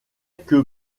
que